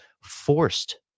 Forced